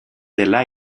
dela